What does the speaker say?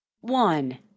one